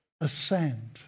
ascend